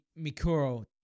Mikuro